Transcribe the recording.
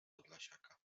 podlasiaka